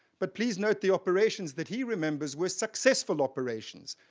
but please note the operations that he remembers were successful operations,